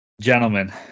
Gentlemen